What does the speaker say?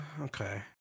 Okay